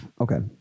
Okay